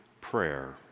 prayer